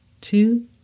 two